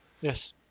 Yes